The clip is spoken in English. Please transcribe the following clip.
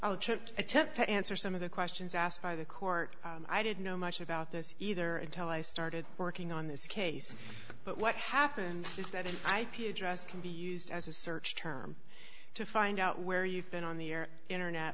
you attempt to answer some of the questions asked by the court i didn't know much about this either until i started working on this case but what happens is that an ip address can be used as a search term to find out where you've been on the air internet